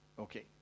Okay